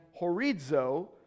horizo